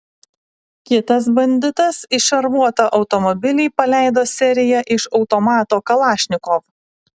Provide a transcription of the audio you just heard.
kitas banditas į šarvuotą automobilį paleido seriją iš automato kalašnikov